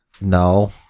No